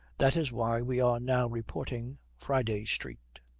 that is why we are now reporting friday street.